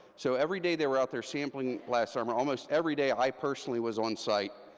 so every day they were out there sampling last summer, almost every day, i personally was onsite,